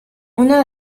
una